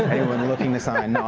anyone looking to sign no.